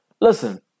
listen